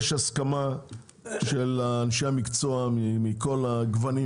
יש הסכמה של אנשי המקצוע מכל הגוונים